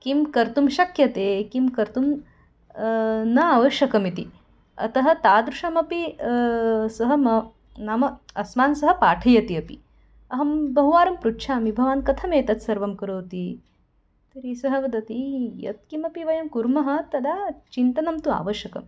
किं कर्तुं शक्यते किं कर्तुं न आवश्यकम् इति अतः तादृशमपि सः म नाम अस्मान् सः पाठयति अपि अहं बहुवारं पृच्छामि भवान् कथमेतत् सर्वं करोति तर्हि सः वदति यत्किमपि वयं कुर्मः तदा चिन्तनं तु आवश्यकम्